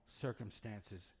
circumstances